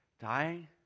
dying